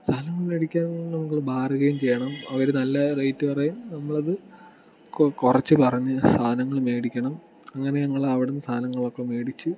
സാധനം മേടിക്കുമ്പോൾ ബാർഗൈൻ ചെയ്യണം അവർ നല്ല റേറ്റ് പറയും നമ്മൾ അത് കൊ കുറച്ച് പറഞ്ഞ് സാധനങ്ങൾ മേടിക്കണം അങ്ങനെ നമ്മൾ അവിടെ നിന്ന് സാധനങ്ങൾ ഒക്കെ മേടിച്ച്